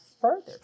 further